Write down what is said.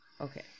Okay